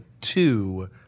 two